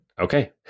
Okay